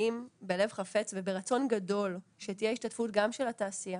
באים בלב חפץ וברצון גדול שתהיה השתתפות גם של התעשייה